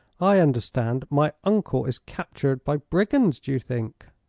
i understand. my uncle is captured by brigands, you think.